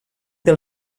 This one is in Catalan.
del